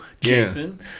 Jason